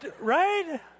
right